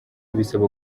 bisaba